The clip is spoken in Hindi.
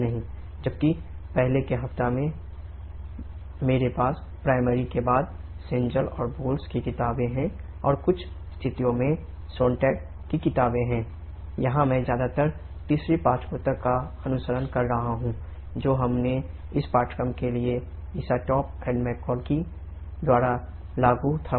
जबकि पहले के हफ्तों के लिए मेरे पास प्राइमरी की पुस्तक के लिए सुझाया है